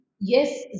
yes